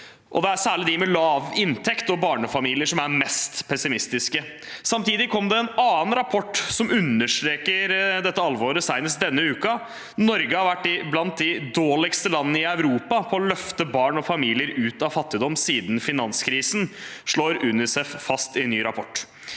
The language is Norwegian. det er særlig de med lav inntekt og barnefamilier som er mest pessimistiske. Samtidig kom det senest denne uken en annen rapport som understreker dette alvoret. Norge har vært blant de dårligste landene i Europa på å løfte barn og familier ut av fattigdom siden finanskrisen, slår UNICEF fast i en ny rapport.